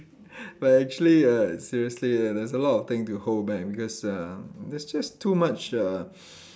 but actually uh seriously there's a lot of thing to hold back because uh there's just too much uh